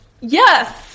Yes